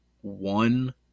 one